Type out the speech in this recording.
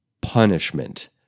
punishment